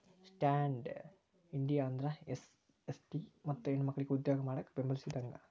stand up India ಅಂದ್ರ SC ST ಮತ್ತ ಹೆಣ್ಮಕ್ಕಳಿಗೆ ಉದ್ಯೋಗ ಮಾಡಾಕ ಬೆಂಬಲಿಸಿದಂಗ